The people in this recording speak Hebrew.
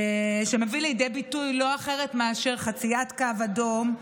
שמביא לידי ביטוי לא אחרת מאשר חציית קו אדום,